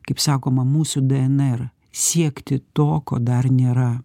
kaip sakoma mūsų dnr siekti to ko dar nėra